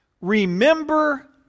remember